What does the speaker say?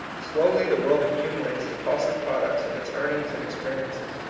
slowly the world accumulates the costly products of its earn ings and experiences.